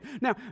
Now